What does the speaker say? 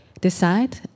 decide